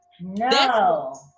no